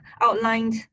outlined